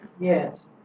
Yes